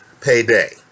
payday